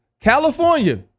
California